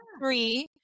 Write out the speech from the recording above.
three